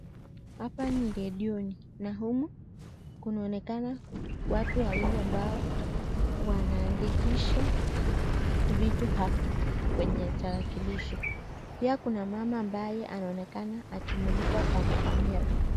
Hapa ni redioni na humu kunaonekana watu wawili ambao wanaandikisha vitu hapa kwenye tarakikishi. Pia kuna mama ambaye anaonekana akimulikwa kwa kamera.